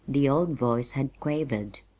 the old voice had quavered.